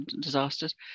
disasters